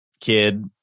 kid